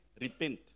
repent